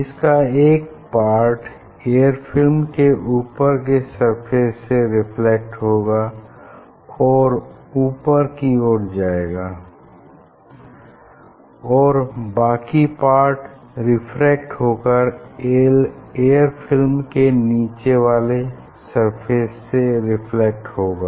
इसका एक part air film के ऊपर के सरफेस से रिफ्लेक्ट होगा और ऊपर की ओर जाएगा और बाकी पार्ट रेफ्रेक्ट होकर एयर फिल्म के नीचे वाले सरफेस से रिफ्लेक्ट होगा